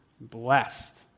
blessed